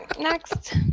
Next